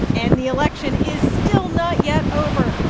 and the election is still not yet over.